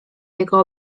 jego